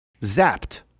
zapped